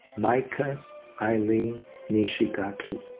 micah aileen nishigaki.